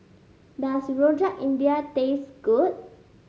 does Rojak India taste good